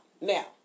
Now